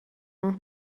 نمی